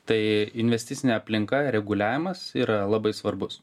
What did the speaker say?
tai investicinė aplinka ir reguliavimas yra labai svarbus